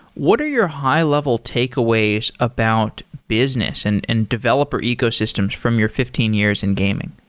what are your high-level takeaways about business and and developer ecosystems from your fifteen years in gaming?